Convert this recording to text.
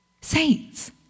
Saints